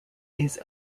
his